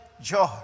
joy